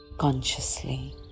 Consciously